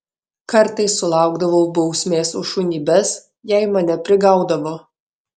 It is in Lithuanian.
kartais sulaukdavau bausmės už šunybes jei mane prigaudavo